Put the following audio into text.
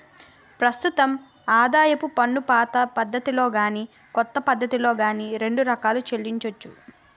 ప్రస్తుతం ఆదాయపు పన్నుపాత పద్ధతిలో గాని కొత్త పద్ధతిలో గాని రెండు రకాలుగా చెల్లించొచ్చు